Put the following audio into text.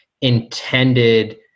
intended